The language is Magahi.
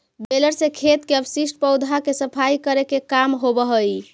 बेलर से खेत के अवशिष्ट पौधा के सफाई करे के काम होवऽ हई